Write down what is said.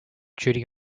duty